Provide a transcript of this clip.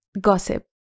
gossip